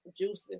Juicy